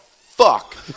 fuck